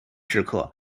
石刻